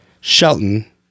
Shelton